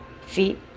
feet